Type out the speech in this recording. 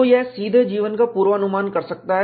तो यह सीधे जीवन का पूर्वानुमान कर सकता है